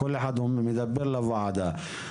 כל אחד מדבר לוועדה.